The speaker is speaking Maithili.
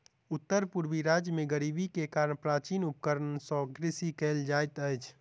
उत्तर पूर्वी राज्य में गरीबी के कारण प्राचीन उपकरण सॅ कृषि कयल जाइत अछि